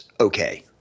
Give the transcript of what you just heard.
okay